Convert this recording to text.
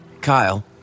Kyle